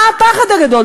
מה הפחד הגדול?